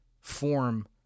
form